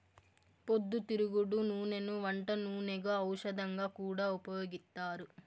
పొద్దుతిరుగుడు నూనెను వంట నూనెగా, ఔషధంగా కూడా ఉపయోగిత్తారు